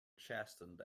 chastened